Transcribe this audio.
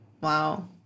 Wow